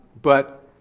but,